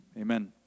Amen